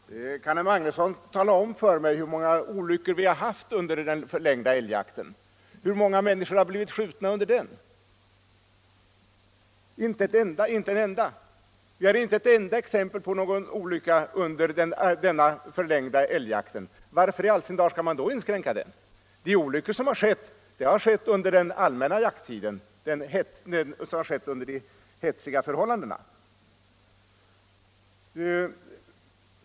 Herr talman! Kan herr Magnusson i Kristinehamn tala om för mig hur många olyckor som har hänt under den förlängda älgjakten? Hur många människor har blivit skjutna under den? Inte en enda! Det finns inte ett enda exempel på någon olycka under den förlängda älgjakten. Varför i all sin dar skall man då inskränka den? De olyckor som har hänt har inträffat under den allmänna jakttiden med de hetsiga förhållandena.